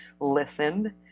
listen